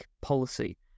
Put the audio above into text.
policy